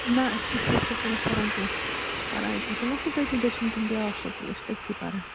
نہ أسۍ چھِنہٕ تہِ سُکوٗلَس پران کیٚنہہ أسۍ چھِ پران أتی چھُنہٕ سُہ تٔکیٛاہ دٔچھِنۍ کِنۍ بیاکھ سُکوٗل أسۍ چھِ تٔتھی پران